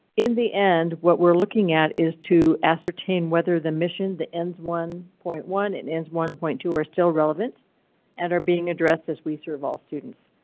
in the end, what we're looking at is to ascertain whether the mission the ends one point one it ends one point two are still relevant and are being addressed as we serve all students.